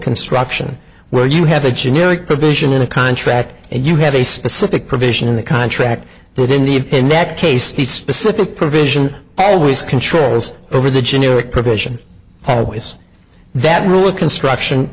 construction where you have a generic provision in a contract and you have a specific provision in the contract that in the next case the specific provision always controls over the generic provision is that rule construction